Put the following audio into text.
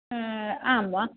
आम् वा